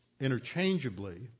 interchangeably